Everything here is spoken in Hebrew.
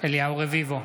אליהו רביבו,